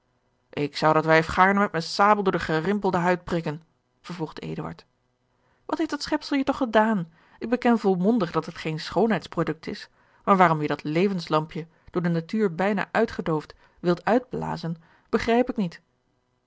ik zou dat wijf gaarne met mijne sabel door de gerimpelde huid prikken vervolgde wat heeft dat schepsel je toch gedaan ik beken volmondig dat het geen schoonheidsproduct is maar waarom je dat levenslampje door de natuur bijna uitgedoofd wilt uitblazen begrijp ik niet